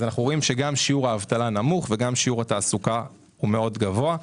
אפשר לראות ששיעור האבטלה נמוך ושיעור התעסוקה מאוד גבוה.